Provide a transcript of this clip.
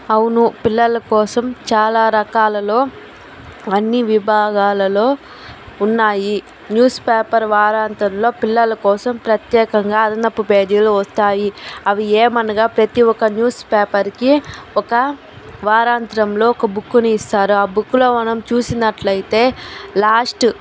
అవును పిల్లల కోసం చాలా రకాలలో అన్నీ విభాగాలలో ఉన్నాయి న్యూస్ పేపర్ వారాంతంలో పిల్లల కోసం ప్రత్యేకంగా అదనపు పేజీలు వస్తాయి అవి ఏమనగా ప్రతీ ఒక్క న్యూస్ పేపర్కి ఒక వారాంతరంలో ఒక బుక్కుని ఇస్తారు ఆ బుక్లో మనం చూసినట్లు అయితే లాస్ట్